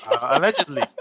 Allegedly